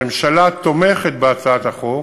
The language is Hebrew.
הממשלה תומכת בהצעת החוק,